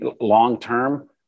long-term